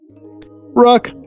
Ruck